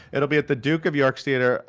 it'll be at the duke of york's theater,